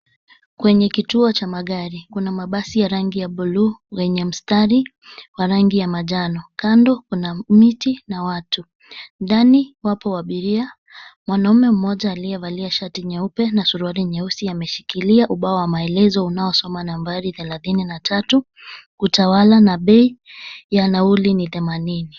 Kwenye kituo cha magari kuna mabasi ya rangi ya blue yenye mstari wa rangi ya majano. Kando kuna miti na watu. Ndani wapo abiria. Mwanaume mmoja aliyevalia shati nyeupe na suruali nyeusi ameshikilia ubao wa maelezo unaosoma na nambari thelathini na tatu utawala na bei ya nauli ni themanini.